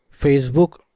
facebook